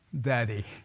Daddy